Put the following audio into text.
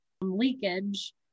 leakage